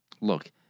Look